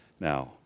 Now